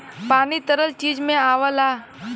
पानी तरल चीज में आवला